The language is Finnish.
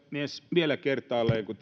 vielä kertaalleen kun